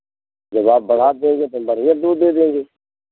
जब आप बढ़ा देंगे तो हम बढ़ियाँ दूध दे देंगे